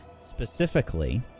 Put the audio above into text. ...specifically